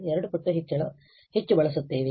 2 ಪಟ್ಟು ಹೆಚ್ಚು ಬಳಸುತ್ತೇವೆ